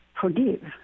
forgive